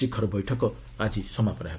ଶିଖର ବୈଠକ ଆଜି ସମାପନ ହେବ